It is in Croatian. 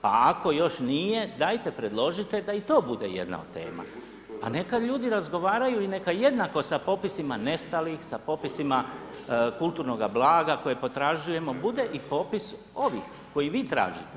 Pa ako još nije dajte predložite da i to bude jedna od tema, pa neka ljudi razgovaraju i neka jednako sa popisima nestalih, sa popisima kulturnoga blaga koje potražujemo bude i popis ovih koje vi tražite.